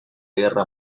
guerra